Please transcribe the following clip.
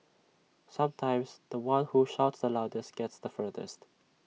sometimes The One who shouts the loudest gets the furthest